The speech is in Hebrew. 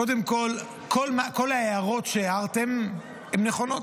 קודם כול, כל ההערות שהערתם נכונות.